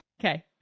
Okay